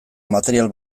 material